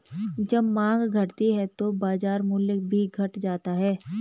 जब माँग घटती है तो बाजार मूल्य भी घट जाता है